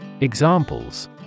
Examples